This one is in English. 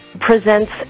presents